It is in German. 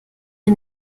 wir